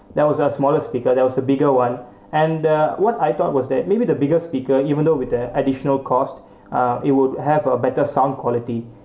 there was a smaller speaker there was a bigger [one] and the what I thought was that maybe the biggest speaker even though with the additional cost uh it would have a better sound quality